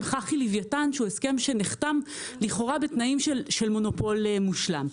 חח"י לוויתן שהוא הסכם שנחתם לכאורה בתנאים של מונופול מושלם.